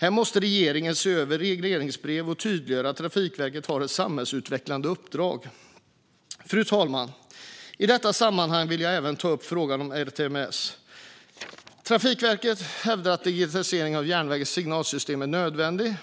Här måste regeringen se över regleringsbrev och tydliggöra att Trafikverket har ett samhällsutvecklande uppdrag. Fru talman! I detta sammanhang vill jag även ta upp frågan om ERTMS. Trafikverket hävdar att digitaliseringen av järnvägens signalsystem är nödvändig.